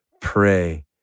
pray